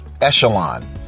echelon